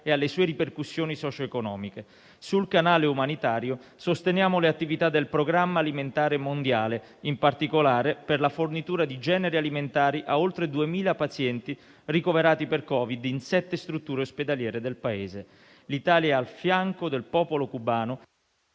alle sue ripercussioni socio-economiche. Sul canale umanitario sosteniamo le attività del Programma alimentare mondiale, in particolare per la fornitura di generi alimentari a oltre 2.000 pazienti ricoverati per Covid in sette strutture ospedaliere del Paese. L'Italia è al fianco del popolo cubano